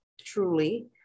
truly